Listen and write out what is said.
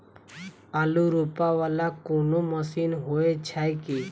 आलु रोपा वला कोनो मशीन हो छैय की?